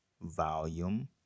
Volume